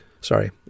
Sorry